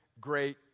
great